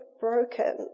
broken